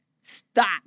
Stop